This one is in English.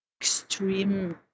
extreme